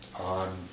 on